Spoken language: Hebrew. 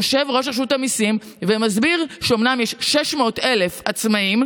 יושב-ראש רשות המיסים מסביר שאומנם יש 600,000 עצמאים,